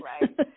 right